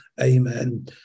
Amen